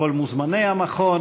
כל מוזמני המכון,